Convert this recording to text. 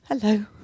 Hello